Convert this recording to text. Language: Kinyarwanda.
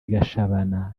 gashabana